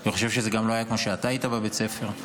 אני חושב שזה גם לא כמו כשאתה היית בבית הספר.